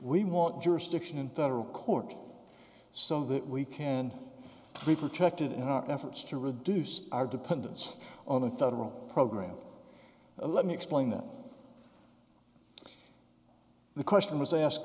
want jurisdiction in federal court so that we can be protected in our efforts to reduce our dependence on a federal program let me explain that the question was asked